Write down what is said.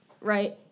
Right